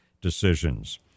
decisions